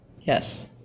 Yes